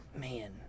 man